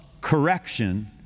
correction